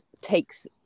takes